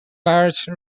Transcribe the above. large